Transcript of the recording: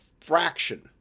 fraction